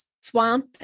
swamp